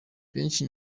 benshi